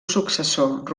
successor